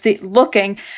looking